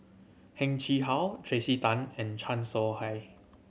Heng Chee How Tracey Tan and Chan Soh Ha